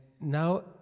now